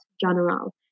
General